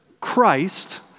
Christ